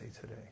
today